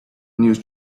news